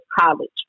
college